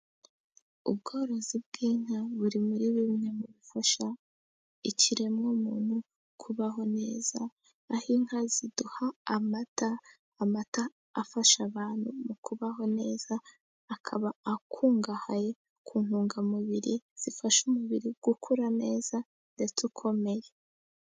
Ubworozi bw'inka buri muri bimwe mu bifasha ikiremwamuntu kubaho neza, aho inka ziduha amata, amata afasha abantu mu kubaho neza akaba akungahaye ku ntungamubiri, zifasha umubiri gukura neza ndetse ukomeye.